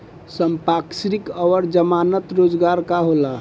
संपार्श्विक और जमानत रोजगार का होला?